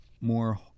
more